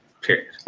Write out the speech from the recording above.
period